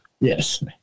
Yes